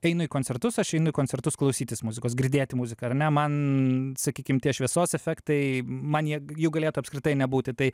einu į koncertus aš einu į koncertus klausytis muzikos girdėti muziką ar ne man sakykim tie šviesos efektai man jie jų galėtų apskritai nebūti tai